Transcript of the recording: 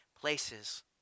places